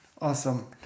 Awesome